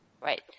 Right